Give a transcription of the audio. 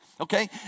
okay